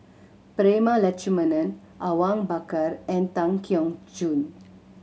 Prema Letchumanan Awang Bakar and Tan Keong Choon